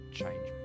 change